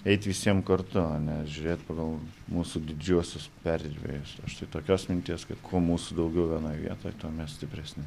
eit visiem kartu o ne žiūrėt pagal mūsų didžiuosius perdirbėjus aš tai tokios minties kad kuo mūsų daugiau vienoj vietoj to mes stipresni